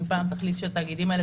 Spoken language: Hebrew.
אם פעם תחליט שהתאגידים האלה,